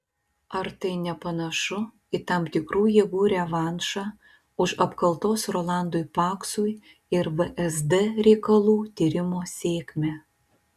ar tai nepanašu į tam tikrų jėgų revanšą už apkaltos rolandui paksui ir vsd reikalų tyrimo sėkmę